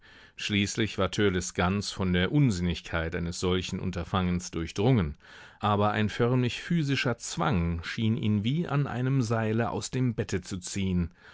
schließlich war törleß ganz von der unsinnigkeit eines solchen unterfangens durchdrungen aber ein förmlich physischer zwang schien ihn wie an einem seile aus dem bette zu ziehen